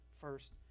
first